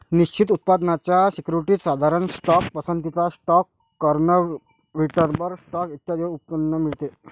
निश्चित उत्पन्नाच्या सिक्युरिटीज, साधारण स्टॉक, पसंतीचा स्टॉक, कन्व्हर्टिबल स्टॉक इत्यादींवर उत्पन्न मिळते